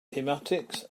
kinematics